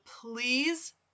please